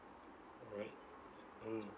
all right mm